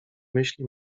myśli